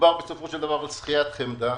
מדובר בשכיית חמדה,